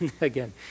Again